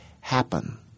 happen